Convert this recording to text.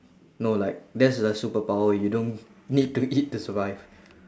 no like that's the superpower you don't need to eat to survive